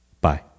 Bye